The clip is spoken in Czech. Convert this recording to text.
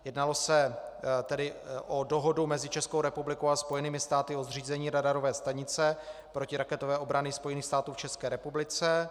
Jednalo se tedy o Dohodu mezi Českou republikou a Spojenými státy o zřízení radarové stanice protiraketové obrany Spojených států v České republice.